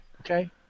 Okay